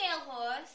horse